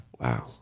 Wow